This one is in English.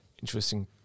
interesting